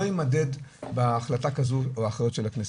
לא יימדד בהחלטה כזו באחריות של הכנסת.